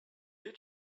you